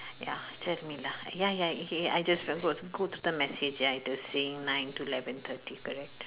ya tell me lah ya ya ya I just go the message ya the same nine to eleven thirty correct